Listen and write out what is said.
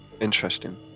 Interesting